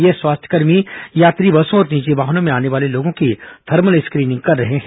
ये स्वास्थ्यकर्मी यात्री बसों और निजी वाहनों में आने वाले लोगों की थर्मल स्क्रीनिंग कर रहे हैं